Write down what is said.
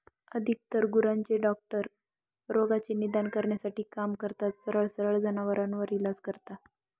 अधिकतर गुरांचे डॉक्टर रोगाचे निदान करण्यासाठी काम करतात, सरळ सरळ जनावरांवर इलाज करता